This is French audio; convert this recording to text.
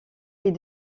est